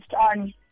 on